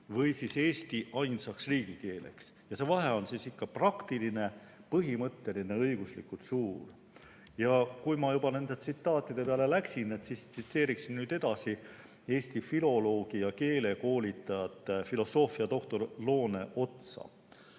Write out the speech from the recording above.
või siis Eesti ainsaks riigikeeleks. See vahe on praktiline, põhimõtteline ja õiguslikult suur. Kui ma juba nende tsitaatide peale läksin, siis tsiteeriksin nüüd eesti filoloogi ja keelekoolitajat filosoofiadoktor Loone Otsa.